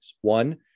One